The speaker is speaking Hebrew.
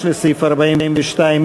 42,